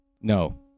No